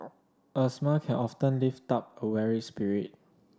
a smile can often lift up a weary spirit